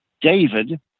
David